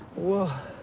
well,